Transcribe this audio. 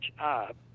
up